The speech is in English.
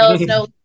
no